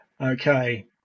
Okay